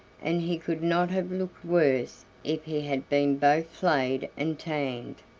and he could not have looked worse if he had been both flayed and tanned,